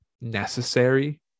necessary